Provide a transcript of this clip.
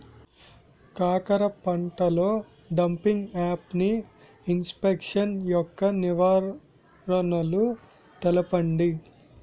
కాకర పంటలో డంపింగ్ఆఫ్ని ఇన్ఫెక్షన్ యెక్క నివారణలు తెలపండి?